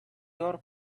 your